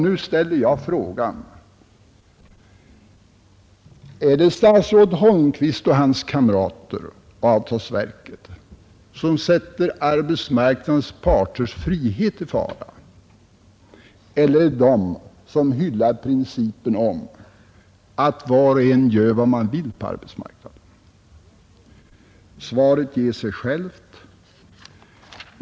Nu ställer jag frågan: Är det statsrådet Holmqvist och hans kamrater och avtalsverket som sätter friheten för arbetsmarknadens parter i fara, eller är det de som hyllar principen om att var och en gör som han vill på arbetsmarknaden? Svaret ger sig självt.